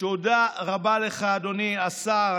תודה רבה לך, אדוני השר.